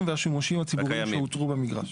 והשימושים הקיימים שאותרו במגרש.